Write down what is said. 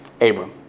Abram